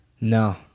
No